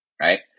Right